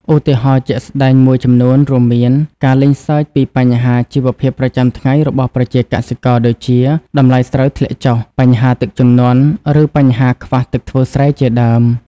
ឧទាហរណ៍ជាក់ស្ដែងមួយចំនួនរួមមាន ការលេងសើចពីបញ្ហាជីវភាពប្រចាំថ្ងៃរបស់ប្រជាកសិករដូចជា តម្លៃស្រូវធ្លាក់ចុះ បញ្ហាទឹកជំនន់ ឬបញ្ហាខ្វះទឹកធ្វើស្រែជាដើម។